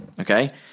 Okay